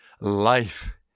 life